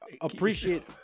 appreciate